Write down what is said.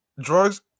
drugs